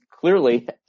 clearly